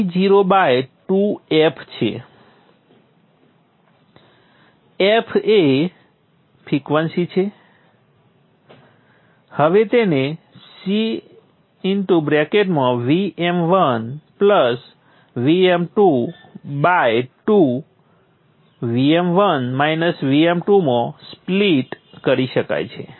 f એ frequency છે હવે તેને C Vm1 Vm22 માં સ્પ્લીટ કરી શકાય છે